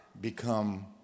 become